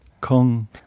Kong